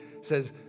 says